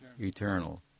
Eternal